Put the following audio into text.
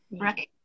Right